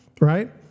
right